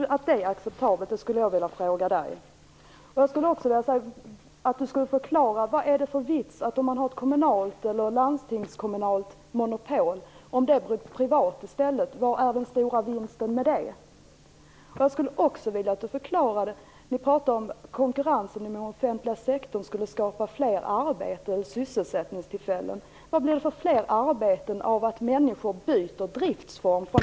Jag vill också att Ola Karlsson förklarar vad det är för vits med att ett kommunalt eller landstingskommunalt monopol i stället blir ett privat monopol. Vad är den stora vinsten med det? Ni pratade om att konkurrensen inom den offentliga sektorn skulle skapa fler arbeten eller sysselsättningstillfällen. Vad blir det för fler arbeten av att människor byter driftsform?